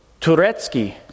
Turetsky